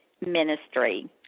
ministry